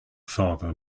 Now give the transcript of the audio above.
father